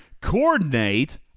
coordinate